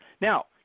Now